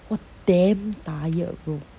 !wah! damn tired bro